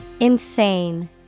Insane